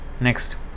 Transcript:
Next